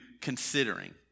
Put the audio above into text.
considering